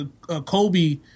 Kobe